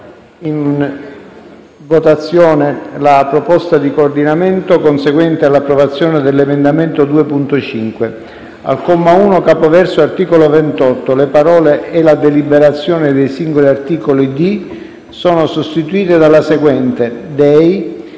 Il Relatore **Approvata** *Coordinamento conseguente all'approvazione dell'emendamento 2.5* *Al comma 1, capoverso "Art. 28" le parole:* «e la deliberazione dei singoli articoli di» *sono sostituite dalla seguente:*